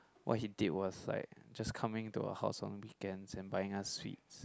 what he did was like just coming to our house on weekends and buying us sweets